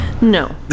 No